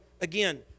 again